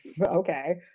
okay